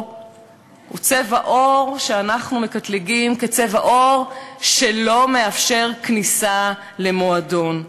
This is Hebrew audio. אנחנו מקטלגים כצבע עור שלא מאפשר כניסה למועדון,